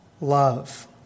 love